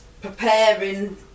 preparing